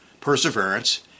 perseverance